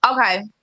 okay